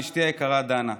לאשתי היקרה דנה,